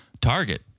Target